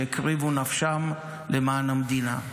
שהקריבו את נפשם למען המדינה.